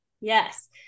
Yes